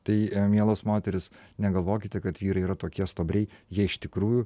tai mielos moterys negalvokite kad vyrai yra tokie stuobriai jie iš tikrųjų